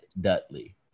Dudley